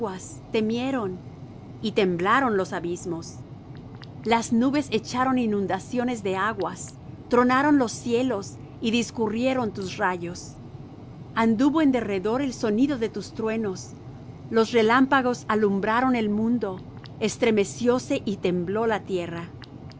temieron y temblaron los abismos las nubes echaron inundaciones de aguas tronaron los cielos y discurrieron tus rayos anduvo en derredor el sonido de tus truenos los relámpagos alumbraron el mundo estremecióse y tembló la tierra